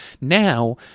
Now